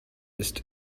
ist